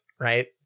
right